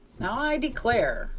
now i declare,